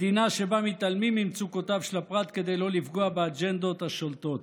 מדינה שבה מתעלמים ממצוקותיו של הפרט כדי לא לפגוע באג'נדות השולטות.